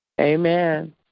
Amen